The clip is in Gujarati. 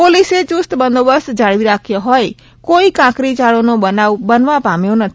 પોલીસે યુસ્ત બંદોબસ્ત જાળવી રાખ્યો હોઇ કોઇ કાંકરીચાળોનો બનાવ બનવા પામ્યો નથી